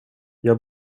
jag